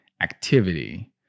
activity